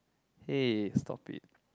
hey stop it